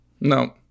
No